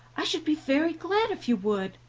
i should be very glad if you would.